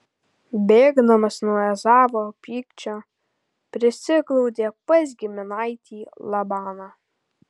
bėgdamas nuo ezavo pykčio prisiglaudė pas giminaitį labaną